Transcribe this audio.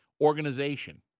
organization